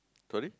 sorry